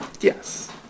Yes